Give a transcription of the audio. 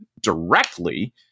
directly